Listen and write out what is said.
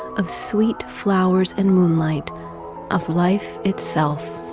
of sweet flowers and moonlight of life itself